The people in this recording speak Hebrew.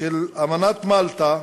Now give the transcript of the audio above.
אמנת מלטה,